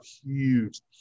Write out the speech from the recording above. huge